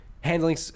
handling